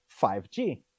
5G